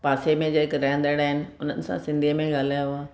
पासे में जेके रहंदड़ु आहिनि उन्हनि सां सिंधीअ में ॻाल्हायो आहे